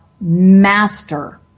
master